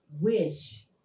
wish